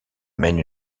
mène